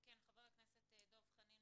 חבר הכנסת דב חנין,